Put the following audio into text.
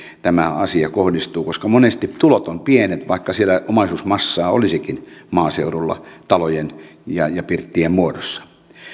tämä asia kohdistuu koska monesti tulot ovat pienet vaikka omaisuusmassaa siellä maaseudulla olisikin talojen ja pirttien muodossa